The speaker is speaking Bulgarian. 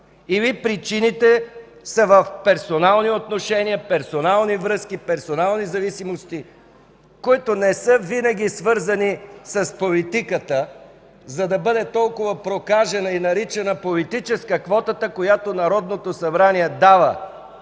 или причините са в персонални отношения, персонални връзки, персонални зависимости, които не са свързани винаги с политиката, за да бъде толкова прокажена и наричана „политическа” квотата, която Народното събрание дава